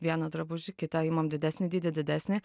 vieną drabužį kitą imam didesnį dydį didesnį